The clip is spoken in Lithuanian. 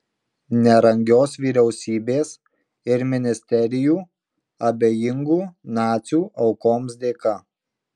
nerangios vyriausybės ir ministerijų abejingų nacių aukoms dėka